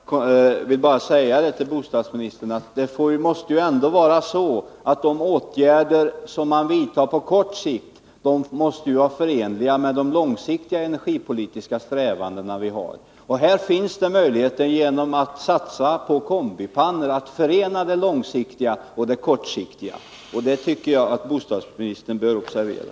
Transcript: Herr talman! Jag vill bara säga till bostadsministern att det ändå måste vara så att de åtgärder som man vidtar på kort sikt är förenliga med de långsiktiga energipolitiska strävanden vi har. Här finns det möjligheter, genom att satsa på kombipannor, att förena det kortsiktiga och det långsiktiga. Det tycker jag att bostadsministern bör observera.